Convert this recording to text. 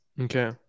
okay